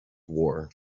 war